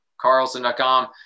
Carlson.com